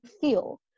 feel